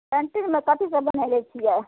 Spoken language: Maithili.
कैंटीनमे कथी सब बनयले छियै